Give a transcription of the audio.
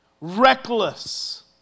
reckless